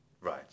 Right